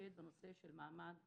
להתמקד בנושא מעמד המורה,